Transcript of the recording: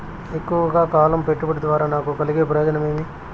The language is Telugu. ఎక్కువగా కాలం పెట్టుబడి ద్వారా నాకు కలిగే ప్రయోజనం ఏమి?